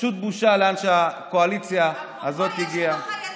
פשוט בושה לאן שהקואליציה הזאת הגיעה.